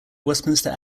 westminster